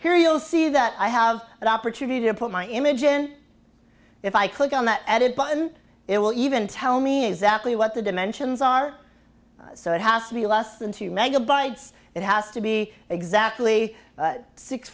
you'll see that i have an opportunity to put my image and if i click on that added button it will even tell me exactly what the dimensions are so it has to be less than two megabytes it has to be exactly